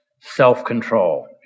self-control